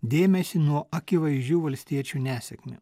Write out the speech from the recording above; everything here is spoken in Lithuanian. dėmesį nuo akivaizdžių valstiečių nesėkmių